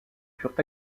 furent